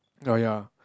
oh ya